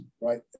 right